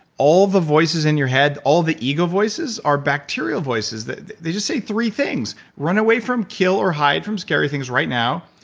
all the voices in your head, all the ego voices, are bacterial voices. they just say three things. run away from, kill, or hide from scary things right now,